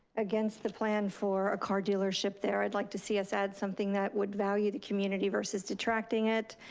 against the plan for a car dealership there, i'd like to see us add something that would value the community versus detracting it,